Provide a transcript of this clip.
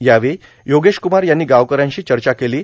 यावेळी योगेशकुमार यांनी गावकऱ्यांशी चचा केलां